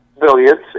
Billiards